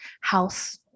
house